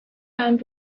end